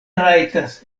rajtas